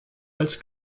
als